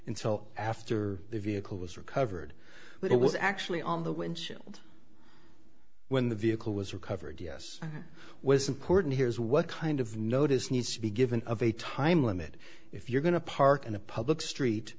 until after the vehicle was recovered but it was actually on the windshield when the vehicle was recovered yes was important here is what kind of notice needs to be given of a time limit if you're going to park on a public street